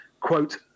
Quote